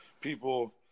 people